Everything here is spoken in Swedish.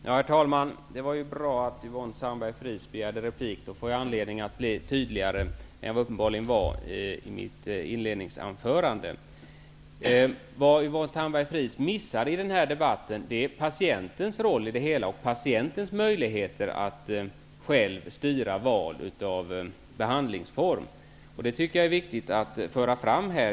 Herr talman! Det var bra att Yvonne Sandberg Fries begärde ordet. Då får jag anledning att bli tydligare än vad jag uppenbarligen var i mitt inledningsanförande. Vad Yvonne Sandberg-Fries har missat i den här debatten är patientens roll i det hela och patientens möjligheter att själv styra val av behandlingsform. Det tycker jag är viktigt att föra fram.